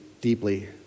deeply